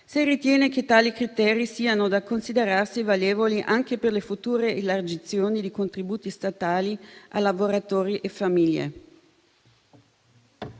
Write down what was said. se ritiene che tali criteri siano da considerarsi valevoli anche per le future elargizioni di contributi statali a lavoratori e famiglie.